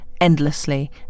endlessly